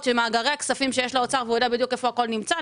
של מאגרי הכספים שיש לאוצר והוא יודע בדיוק איפה הכול נמצא?